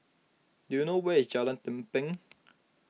do you know where is Jalan Lempeng